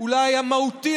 אולי המהותי,